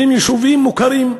שהם יישובים מוכרים,